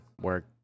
work